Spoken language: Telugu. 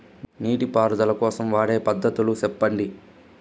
నీటి పారుదల కోసం వాడే పద్ధతులు సెప్పండి?